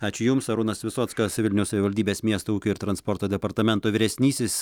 ačiū jums arūnas visockas vilniaus savivaldybės miesto ūkio ir transporto departamento vyresnysis